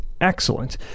excellent